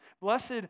Blessed